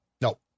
No